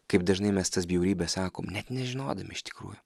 kaip dažnai mes tas bjaurybės sakom net nežinodami iš tikrųjų